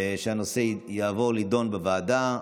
שהנושא יועבר להידון בוועדה.